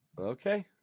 Okay